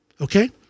Okay